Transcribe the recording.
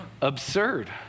absurd